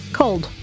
cold